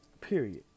period